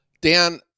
dan